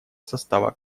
состава